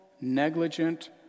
negligent